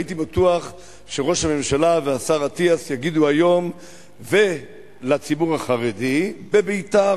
הייתי בטוח שראש הממשלה והשר אטיאס יגידו היום לציבור החרדי: בביתר